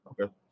Okay